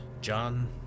John